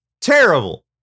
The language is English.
terrible